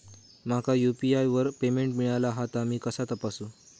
माका यू.पी.आय वर पेमेंट मिळाला हा ता मी कसा तपासू?